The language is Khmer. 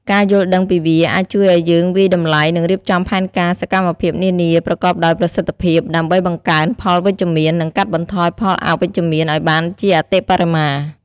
ការយល់ដឹងពីវា អាចជួយឱ្យយើងវាយតម្លៃ និងរៀបចំផែនការសកម្មភាពនានាប្រកបដោយប្រសិទ្ធភាព ដើម្បីបង្កើនផលវិជ្ជមាន និងកាត់បន្ថយផលអវិជ្ជមានឱ្យបានជាអតិបរមា។